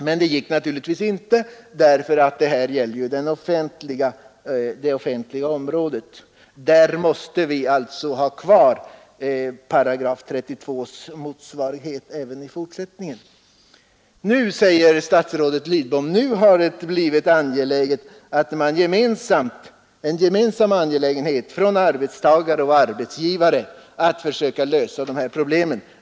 Men det gick naturligtvis inte, därför att det här gäller ju det offentliga området. Där måste vi alltså även i fortsättningen ha kvar motsvarigheten till § 32. Nu, säger statsrådet Lidbom, har det blivit en gemensam angelägenhet för arbetsgivare och arbetstagare att försöka lösa dessa problem.